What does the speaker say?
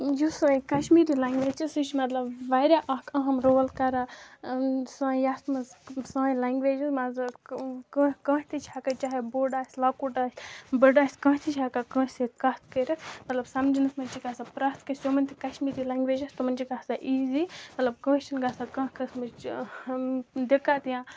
یُس سٲنۍ کٔشمیٖری لینٛگویج چھِ سۅ چھِ مطلب واریاہ اَکھ أہم رول کران سانہِ یَتھ منٛز سانہِ لینٛگویج منٛزٕ مان ژٕ کٲنٛہہ کٲنٛہہ تہِ چھُ ہٮ۪کن چاہے بوٚڈ آسہِ لۅکُٹ آسہِ بٔڈٕ آسہِ کٲنٛہہ تہِ چھُ ہٮ۪کان کٲنٚسہِ سٍتۍ کَتھ کَرِتھ مطلب سَمجھنس منٛز چھِ گَژھان پرٛتھ کٲنٛسہِ یِمن تہِ کٔشمیٖری لینٛگویج آسہِ تِمن چھِ گَژھان اِیٚزی مطلب کٲنٛسہِ چھُنہٕ گَژھان کٲنٛہہ قٕسمٕچ دِکت یا